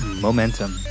Momentum